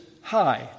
high